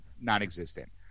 non-existent